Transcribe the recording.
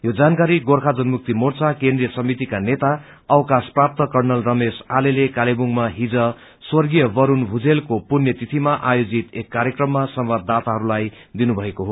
यो जानकारी गोर्खा जनमुक्ति मोर्चा केन्द्रिय समितिका नेता अवकाश प्राप्त कर्णल रमेश आलेले कालेवुडमा हिज स्वर्गीय बस्तण भुजेलको पूण्य तिथिमा आयोजित एक कार्यक्रममा संवाददाताहरूलाइ दिनुभएको हो